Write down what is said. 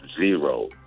Zero